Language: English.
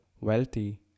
wealthy